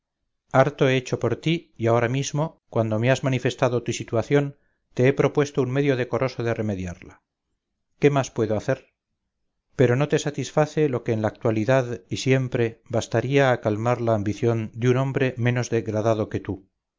harto he hecho por ti y ahora mismo cuando me has manifestado tu situación te he propuesto un medio decoroso de remediarla qué más puedo hacer pero no te satisface lo que en la actualidad y siempre bastaría a calmar la ambición de un hombre menos degradadoque tú